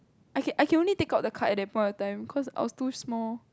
okay I can only take out the card at that point of time cause I was too small